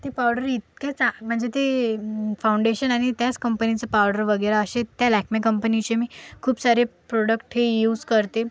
ते पावडर इतके चा म्हणजे ते फाऊंडेशन आणि त्याच कंपनीचं पावडर वगैरे अशा त्या लॅक्मे कंपनीचे मी खूप सारे प्रॉडक्ट हे यूज करते